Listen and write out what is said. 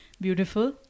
beautiful